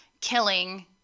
killing